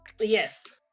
yes